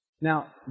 Now